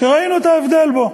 שראינו את ההבדל בו,